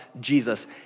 Jesus